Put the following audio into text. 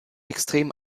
extrem